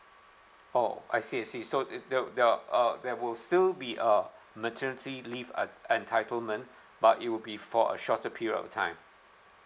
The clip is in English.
oh I see I see so if there will there are uh there will still be uh maternity leave ent~ entitlement but it will be for a shorter period of time